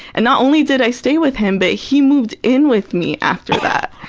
and not only did i stay with him, but he moved in with me after that!